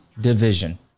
division